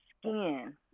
skin